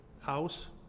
house